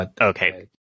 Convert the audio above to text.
Okay